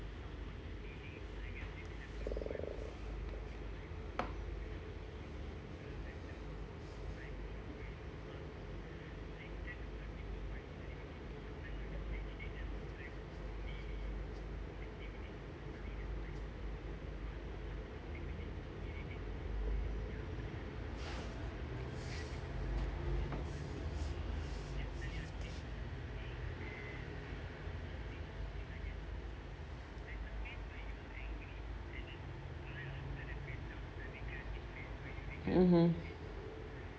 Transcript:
mmhmm